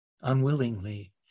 unwillingly